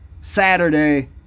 Saturday